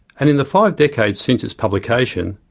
and in the five decades since its publication,